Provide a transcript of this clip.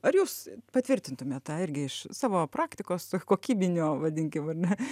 ar jūs patvirtintumėt tą irgi iš savo praktikos kokybinio vadinkim ar ne